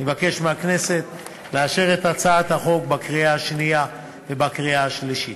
אני מבקש מהכנסת לאשר את הצעת החוק בקריאה השנייה ובקריאה השלישית.